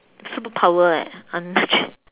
superpower eh